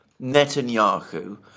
Netanyahu